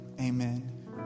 amen